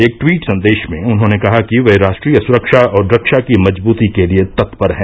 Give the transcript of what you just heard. एक ट्वीट संदेश में उन्होंने कहा कि वे राष्ट्रीय सुरक्षा और रक्षा की मजबूती के लिए तत्पर हैं